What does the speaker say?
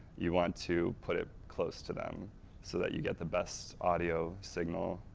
you want to put it close to them so that you get the best audio signal.